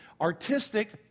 artistic